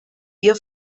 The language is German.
ihr